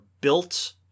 built